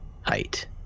height